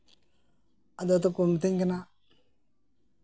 ᱟᱫᱚ ᱠᱚ ᱢᱤᱛᱟᱹᱧ ᱠᱟᱱᱟ